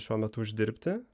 šiuo metu uždirbti